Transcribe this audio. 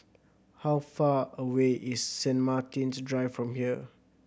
how far away is Saint Martin's Drive from here